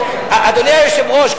אדוני היושב-ראש,